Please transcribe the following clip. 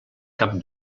cap